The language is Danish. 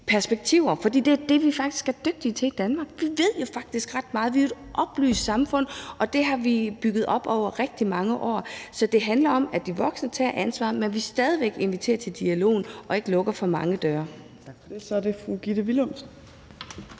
perspektiver, for det er det, vi faktisk er dygtige til i Danmark. Vi ved jo faktisk ret meget. Vi har et oplyst samfund, og det har vi bygget op over rigtig mange år. Så det handler om, at de voksne tager ansvaret, men at vi stadig væk inviterer til dialogen og ikke lukker for mange døre.